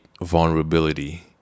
vulnerability